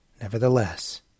Nevertheless